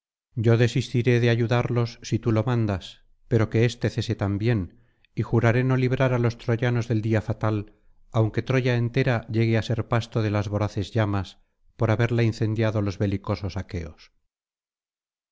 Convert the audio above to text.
yo desistiré de ayudarlos si tií lo mandas pero que éste cese también y juraré no librar á los troyanos del día fatal aunque troya entera llegue á ser pasto de las voraces llamas por haberla incendiado los belicosos aqueos